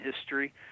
history